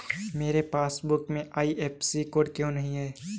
मेरे पासबुक में IFSC code क्यो नहीं है?